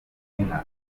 y’inka